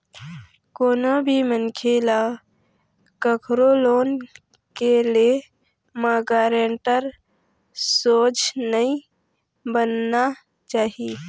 कोनो भी मनखे ल कखरो लोन के ले म गारेंटर सोझ नइ बनना चाही